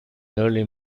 early